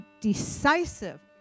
decisive